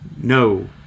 No